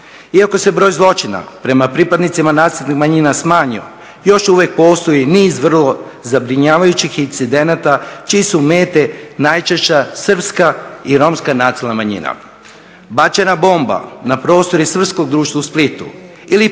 Iako se broj zločina prema pripadnicima nacionalnih manjina smanjio, još uvijek postoji niz vrlo zabrinjavajućih incidenata čije su mete najčešće Srpska i Romska nacionalna manjina. Bačena bomba na prostor srpskog društva u Splitu ili